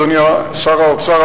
אדוני שר האוצר.